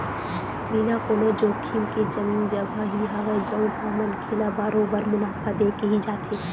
बिना कोनो जोखिम के जमीन जघा ही हवय जउन ह मनखे ल बरोबर मुनाफा देके ही जाथे